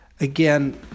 again